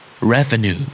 Revenue